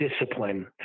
discipline